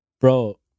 Bro